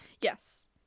Yes